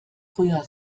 früher